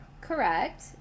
Correct